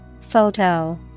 Photo